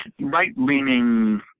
right-leaning